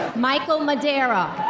michael madera.